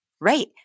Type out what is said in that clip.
Right